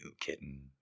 kitten